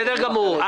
בסדר גמור.